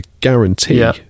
guarantee